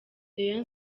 rayon